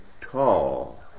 tall